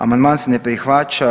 Amandman se ne prihvaća.